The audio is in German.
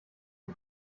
die